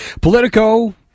Politico